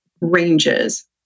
ranges